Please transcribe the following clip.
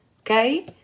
Okay